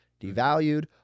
devalued